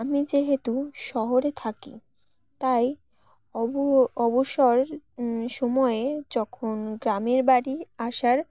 আমি যেহেতু শহরে থাকি তাই অব অবসর সময়ে যখন গ্রামের বাড়ি আসার